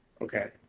Okay